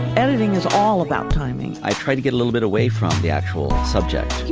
editing is all about timing. i try to get a little bit away from the actual subject